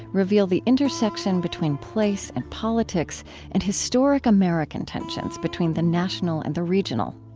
reveal the intersection between place and politics and historic american tensions between the national and the regional.